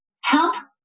help